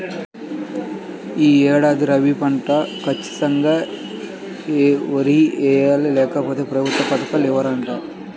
యీ ఏడాది రబీ పంటలో ఖచ్చితంగా వరే యేద్దాం, లేకపోతె ప్రభుత్వ పథకాలు ఇవ్వరంట